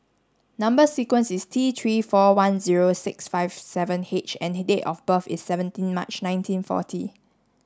number sequence is T three four one zero six five seven H and date of birth is seventeenth March nineteen forty